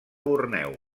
borneo